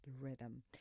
rhythm